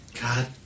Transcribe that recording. god